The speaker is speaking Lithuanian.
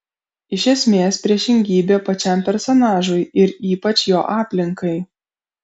iš esmės priešingybė pačiam personažui ir ypač jo aplinkai